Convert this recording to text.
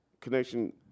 connection